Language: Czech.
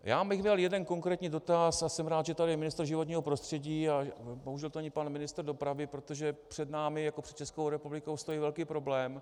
Dal bych jeden konkrétní dotaz a jsem rád, že je tady ministr životního prostředí, a bohužel tu není pan ministr dopravy, protože před námi jako před Českou republikou stojí velký problém.